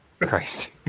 Christ